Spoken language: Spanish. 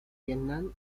vietnam